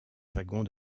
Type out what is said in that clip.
wagons